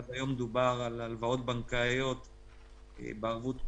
עד היום מדובר על הלוואות בנקאיות בערבות מדינה.